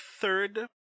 third